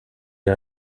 les